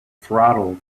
throttle